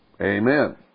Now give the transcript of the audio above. Amen